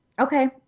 Okay